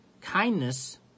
kindness